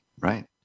right